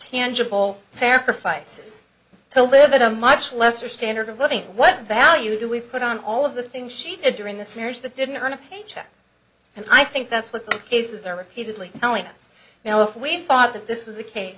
tangible sacrifices to live at a much lesser standard of living what value do we put on all of the things she did during this marriage that didn't earn a paycheck and i think that's what those cases are repeatedly telling us now if we thought that this was the case